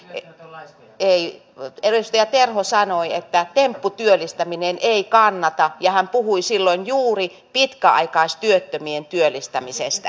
ei minulla ei edes ja terho sanoi että tempputyöllistäminen ei kannata ja hän puhui silloin juuri pitkäaikaistyöttömien työllistämisestä